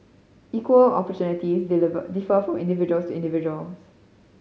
equal opportunities diliver differ from individual to individual